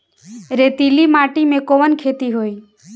रेतीली माटी में कवन खेती होई?